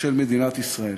של מדינת ישראל.